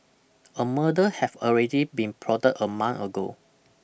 a murder have already been plotted a month ago